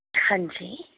ਹਾਂਜੀ